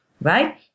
Right